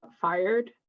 fired